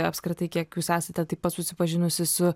apskritai kiek jūs esate taip pat susipažinusi su